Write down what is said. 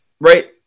right